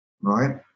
right